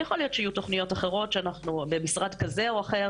ויכול להיות שיהיו תוכניות אחרות במשרד כזה או אחר